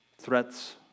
Threats